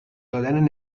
دادن